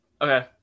Okay